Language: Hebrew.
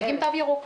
מציגים תו ירוק.